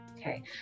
Okay